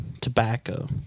tobacco